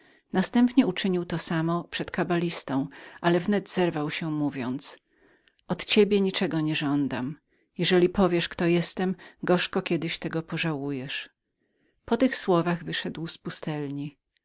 następnie uczynił to samo przed kabalistą ale wnet zerwał się mówiąc od ciebie niczego nie żądam jeżeli powiesz kto jestem gorzko kiedyś tego pożałujesz po tych słowach wyszedł z pustelni